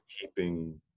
keeping